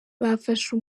bafashe